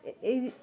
এ এই